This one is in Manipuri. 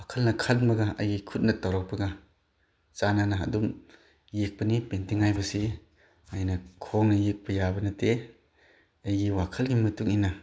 ꯋꯥꯈꯜꯅ ꯈꯟꯕꯒ ꯑꯩꯒꯤ ꯈꯨꯠꯅ ꯇꯧꯔꯛꯄꯒ ꯆꯥꯟꯅꯅ ꯑꯗꯨꯝ ꯌꯦꯛꯄꯅꯤ ꯄꯦꯟꯇꯤꯡ ꯍꯥꯏꯕꯁꯤ ꯑꯩꯅ ꯈꯣꯡꯅ ꯌꯦꯛꯄ ꯌꯥꯕ ꯅꯠꯇꯦ ꯑꯩꯒꯤ ꯋꯥꯈꯜꯒꯤ ꯃꯇꯨꯡ ꯏꯟꯅ